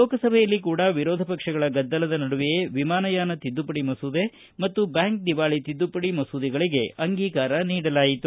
ಲೋಕಸಭೆಯಲ್ಲಿ ಕೂಡಾ ವಿರೋಧ ಪಕ್ಷಗಳ ಗದ್ದಲದ ನಡುವೆಯೇ ವಿಮಾನಯಾನ ತಿದ್ದುಪಡಿ ಮಸೂದೆ ಮತ್ತು ಬ್ಯಾಂಕ್ ದಿವಾಳಿ ತಿದ್ದುಪಡಿ ಮಸೂದೆಗಳಿಗೆ ಅಂಗೀಕಾರ ನೀಡಲಾಯಿತು